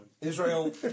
Israel